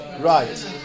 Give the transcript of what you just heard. Right